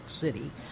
City